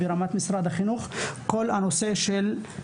ביחד עם משרד החינוך כי הוא קשור בנושא הקב״סים,